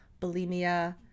bulimia